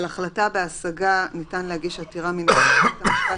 על החלטה בהשגה ניתן להגיש עתירה מינהלית לבית המשפט